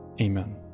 amen